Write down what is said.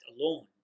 alone